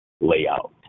layout